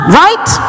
right